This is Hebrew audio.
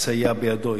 יסייע בידו,